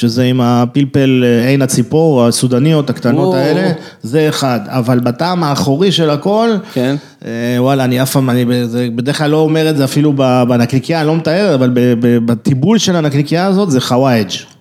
שזה עם הפלפל, עין הציפור, הסודניות הקטנות האלה, זה אחד. אבל בטעם האחורי של הכול... כן. וואלה, אני אף פעם, אני בדרך כלל לא אומר את זה אפילו בנקניקייה, אני לא מתאר, אבל בתיבול של הנקניקייה הזאת זה חוואיג'.